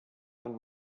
von